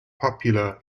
popular